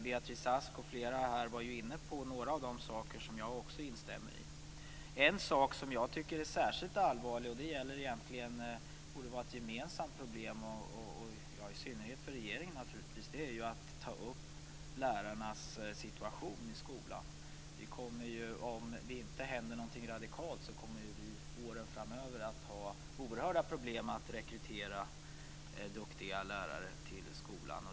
Beatrice Ask och flera andra var ju inne på några saker som jag också instämmer i. En sak som jag tycker är särskilt allvarlig - och det borde i synnerhet vara ett problem för regeringen - är att ta upp lärarnas situation i skolan. Om det inte händer något radikalt kommer vi under åren framöver att ha oerhörda problem att rekrytera duktiga lärare till skolan.